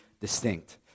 distinct